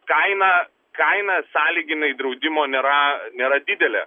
kaina kaina sąlyginai draudimo nėra nėra didelė